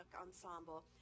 ensemble